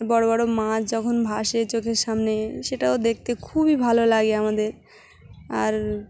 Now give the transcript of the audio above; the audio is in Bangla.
বড়ো বড়ো মাছ যখন ভাসে চোখের সামনে সেটাও দেখতে খুবই ভালো লাগে আমাদের আর